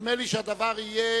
נדמה לי שהדבר יהיה